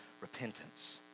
repentance